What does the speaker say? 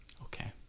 Okay